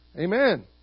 Amen